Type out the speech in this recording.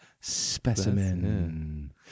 specimen